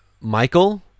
Michael